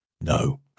no